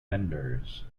vendors